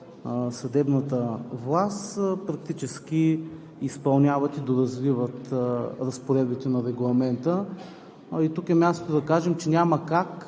съдебната власт, практически изпълняват и доразвиват разпоредбите на Регламента. Тук е мястото да кажем, че няма как